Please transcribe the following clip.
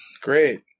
Great